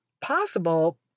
possible